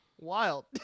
Wild